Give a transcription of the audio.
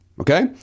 Okay